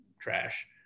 trash